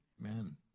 Amen